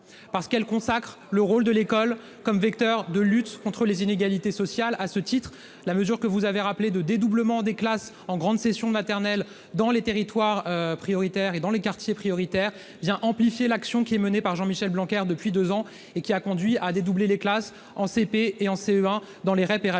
parce qu'elles consacrent le rôle de l'école comme vecteur de lutte contre les inégalités sociales, à ce titre, la mesure que vous avez rappelé de dédoublement des classes en grande session maternelle dans les territoires prioritaires et dans les quartiers prioritaires vient amplifier l'action qui est menée par Jean-Michel Blanquer depuis 2 ans et qui a conduit à dédoubler les classes en CP et en CE1 dans les rets